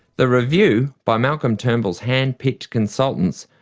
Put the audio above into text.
the review, by malcolm turnbull's hand-picked consultants,